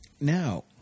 Now